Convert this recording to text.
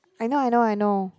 I know I know I know